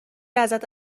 ازت